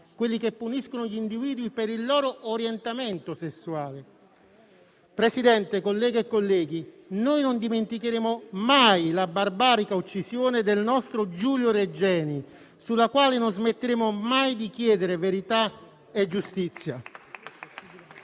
quelli che puniscono gli individui per il loro orientamento sessuale. Signor Presidente, colleghe e colleghi, non dimenticheremo mai la barbarica uccisione del nostro Giulio Regeni, sulla quale non smetteremo mai di chiedere verità e giustizia.